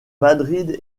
madrid